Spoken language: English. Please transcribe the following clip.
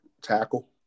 tackle